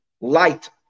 light